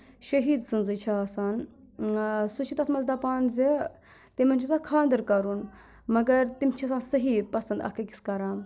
شہیٖد سٕنٛزٕے چھِ آسان سُہ چھِ تَتھ منٛز دَپان زِ تِمَن چھِ آسان خانٛدٕر کَرُن مگر تِم چھِ آسان صحیح پَسنٛد اَکھ أکِس کَران